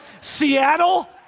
seattle